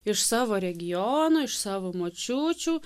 iš savo regionų iš savo močiučių